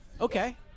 okay